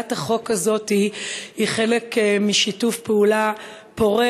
הצעת החוק הזאת היא חלק משיתוף פעולה פורה